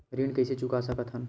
ऋण कइसे चुका सकत हन?